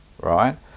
right